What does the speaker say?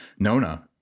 Nona